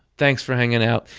thanks for hanging out.